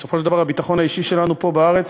בסופו של דבר הביטחון האישי שלנו פה בארץ